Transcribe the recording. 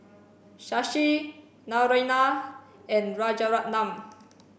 Shashi Naraina and Rajaratnam